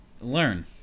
learn